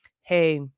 hey